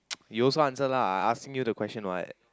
you also answer lah I asking you the question what